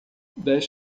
dez